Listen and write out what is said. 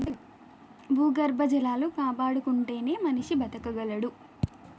భూగర్భ జలాలు కాపాడుకుంటేనే మనిషి బతకగలడు